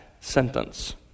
sentence